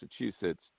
Massachusetts